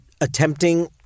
attempting